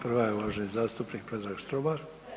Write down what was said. Prva je uvaženi zastupnik Predrag Štromar.